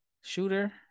shooter